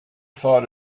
thought